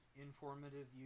informative